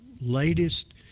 latest